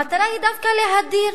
המטרה היא דווקא להדיר,